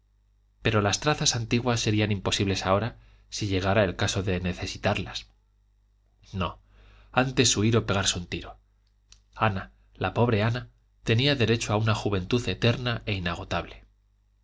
pero las trazas antiguas serían imposibles ahora si llegara el caso de necesitarlas no antes huir o pegarse un tiro ana la pobre ana tenía derecho a una juventud eterna e inagotable